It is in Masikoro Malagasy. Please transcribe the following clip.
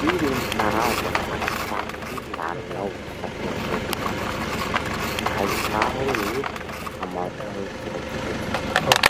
Firy gny karaza tsakitsaky laninao isankerinandro? Mba isaho ny hamaroany kiraikiraiky.